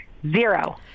Zero